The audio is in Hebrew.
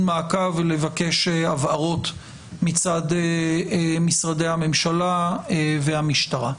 מעקב ולבקש הבהרות מצד משרדי הממשלה והמשטרה.